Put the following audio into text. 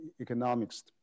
economics